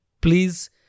please